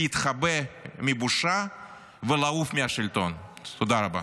להתחבא מבושה ולעוף מהשלטון, תודה רבה.